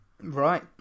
Right